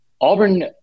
Auburn